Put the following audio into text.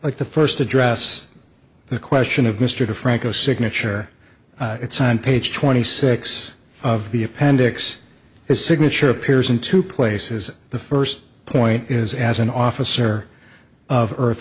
like the first address the question of mr franco signature it's on page twenty six of the appendix his signature appears in two places the first point is as an officer of earth